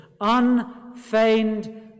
unfeigned